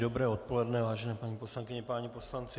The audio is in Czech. Dobré odpoledne, vážené paní poslankyně, páni poslanci.